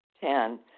Ten